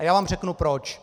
A já vám řeknu proč.